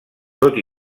tot